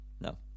No